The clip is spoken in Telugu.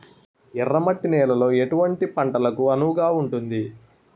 ఎర్ర మట్టి నేలలో ఎటువంటి పంటలకు అనువుగా ఉంటుంది?